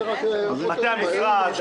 גם רביזיה.